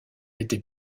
été